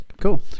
cool